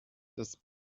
das